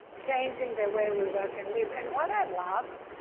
changing the way we work and live and what i love,